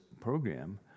program